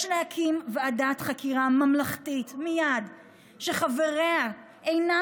יש להקים מייד ועדת חקירה ממלכתית שחבריה אינם